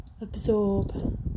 absorb